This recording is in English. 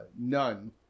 none